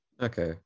Okay